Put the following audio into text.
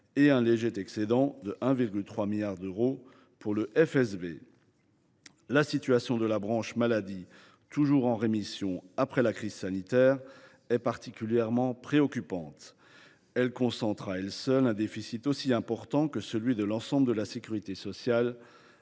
et un léger excédent de 1,3 milliard d’euros pour le FSV. La situation de la branche maladie, toujours en rémission après la crise sanitaire, est particulièrement préoccupante : elle concentre à elle seule un déficit aussi important que celui de l’ensemble de la sécurité sociale,